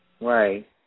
Right